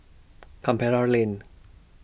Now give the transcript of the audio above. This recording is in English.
Lane